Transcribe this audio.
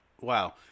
Wow